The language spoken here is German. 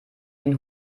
den